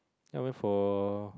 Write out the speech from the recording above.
ya I went for